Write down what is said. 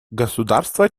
государства